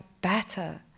better